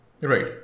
Right